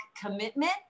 commitment